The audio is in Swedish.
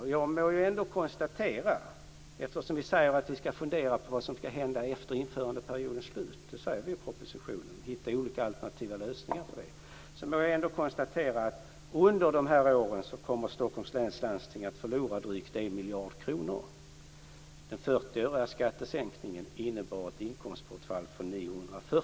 Eftersom vi i propositionen säger att vi skall fundera på vad som skall hända efter införandeperiodens slut, vi skall hitta olika alternativa lösningar, må jag ändå konstatera att under de här åren kommer Stockholms läns landsting att förlora drygt 1 miljard kronor.